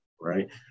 Right